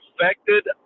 affected